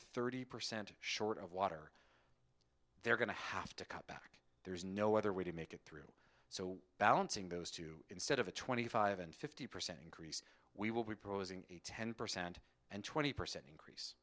thirty percent short of water they're going to have to cut back there's no other way to make it through so balancing those two instead of a twenty five and fifty percent increase we will be proposing a ten percent and twenty percent increase